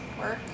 work